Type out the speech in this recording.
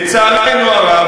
לצערנו הרב,